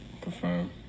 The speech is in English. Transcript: Confirm